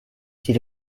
she